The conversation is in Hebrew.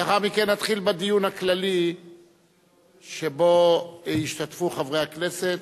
לאחר מכן נתחיל בדיון הכללי שבו ישתתפו חברי הכנסת,